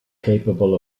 capable